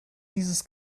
dieses